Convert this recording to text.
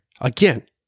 again